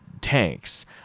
tanks